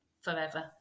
forever